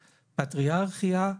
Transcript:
פטריארכיה,